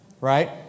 Right